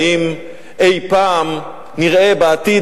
האם אי-פעם נראה בעתיד,